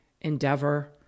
endeavor